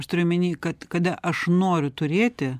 aš turiu omeny kad kada aš noriu turėti